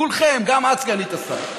כולכם, גם את, סגנית השר.